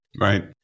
Right